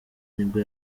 nibwo